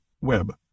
web